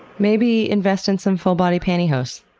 maybe invest in some full-body pantyhose.